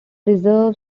reserve